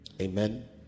amen